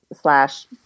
slash